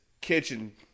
Kitchen